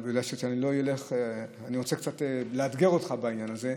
אני רוצה קצת לאתגר אותך בעניין הזה.